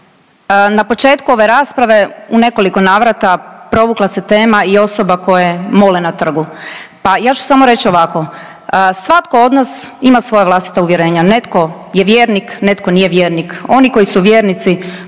Na početku ove rasprave u nekoliko navrata provukla se tema i osoba koje mole na trgu. Pa ja ću samo reći ovako. Svatko od nas ima svoja vlastita uvjerenja. Netko je vjernik, netko nije vjernik. Oni koji su vjernici